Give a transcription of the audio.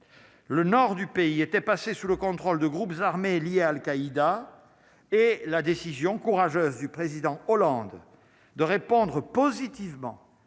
le nord du pays était passé sous le contrôle de groupes armés liés à Al-Qaïda et la décision courageuse du président Hollande de répondre positivement